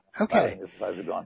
Okay